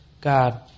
God